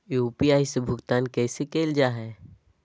UPI से भुगतान कैसे कैल जहै?